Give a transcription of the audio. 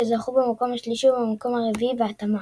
שזכו במקום השלישי והמקום הרביעי בהתאמה.